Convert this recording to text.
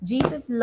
Jesus